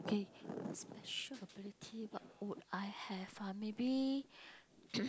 okay special ability what would I have ah maybe